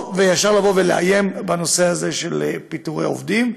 ישר לאיים בנושא הזה, של פיטורי עובדים.